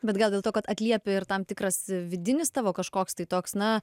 bet gal dėl to kad atliepia ir tam tikras vidinis tavo kažkoks tai toks na